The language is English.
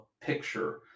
picture